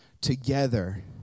together